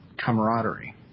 camaraderie